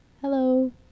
Hello